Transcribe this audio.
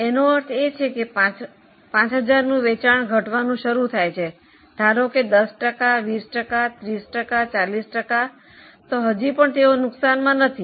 એનો અર્થ એ છે કે 5000 નું વેચાણ ઘટવાનું શરૂ થાય છે ધારોકે 10 ટકા 20 ટકા 30 ટકા 40 ટકા તો હજી પણ તેઓ નુકસાનમાં નથી